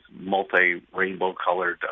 multi-rainbow-colored